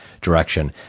direction